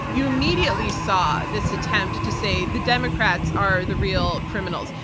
you immediately saw this attempt to say the democrats are the real criminals.